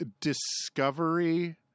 discovery